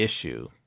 issue